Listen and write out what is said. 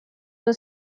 were